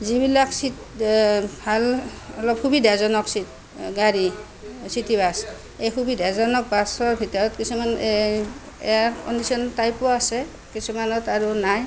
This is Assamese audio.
যিবিলাক ছিট ভাল অলপ সুবিধাজনক চি গাড়ী চিটিবাছ এই সুবিধা জনক বাছৰ ভিতৰত কিছুমান এয়াৰ কণ্ডিচন টাইপো আছে কিছুমানত আৰু নাই